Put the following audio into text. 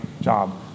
job